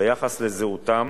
ביחס לזהותם